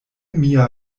mia